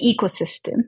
ecosystem